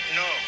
no